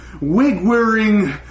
wig-wearing